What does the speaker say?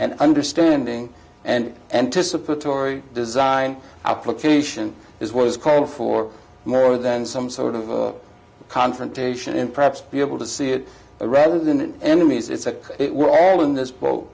and understanding and anticipatory design application is what is called for more than some sort of confrontation and perhaps be able to see it rather than enemies it's like we're all in this boat